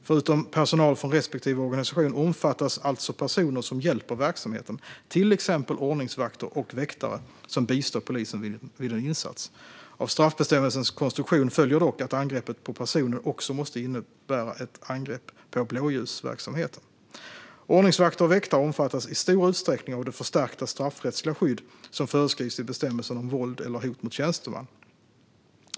Förutom personal från respektive organisation omfattas alltså personer som hjälper verksamheten, till exempel ordningsvakter eller väktare som bistår polisen vid en insats. Av straffbestämmelsens konstruktion följer dock att angreppet på personen också måste innebära ett angrepp på blåljusverksamheten. Ordningsvakter och väktare omfattas i stor utsträckning av det förstärkta straffrättsliga skydd som föreskrivs i bestämmelsen om våld eller hot mot tjänsteman.